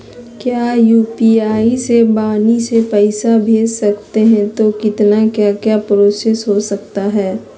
क्या यू.पी.आई से वाणी से पैसा भेज सकते हैं तो कितना क्या क्या प्रोसेस हो सकता है?